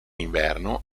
inverno